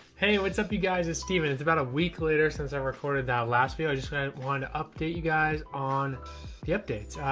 hey, what's up you guys, steven, it's about a week later since i recorded that last year. i just wanted to update you guys on the updates.